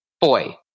boy